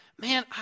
Man